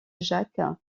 jacques